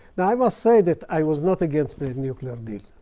now, i must say that i was not against the nuclear deal.